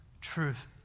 truth